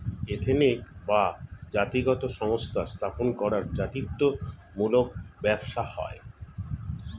ethnic বা জাতিগত সংস্থা স্থাপন করা জাতিত্ব মূলক ব্যবসা হয়